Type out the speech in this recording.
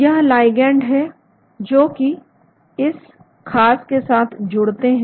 यह लाइगैंड है जो कि इस खास के साथ जुड़ते हैं